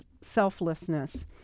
selflessness